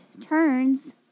turns